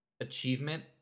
achievement